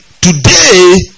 today